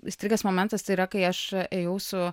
įstrigęs momentas tai yra kai aš ėjau su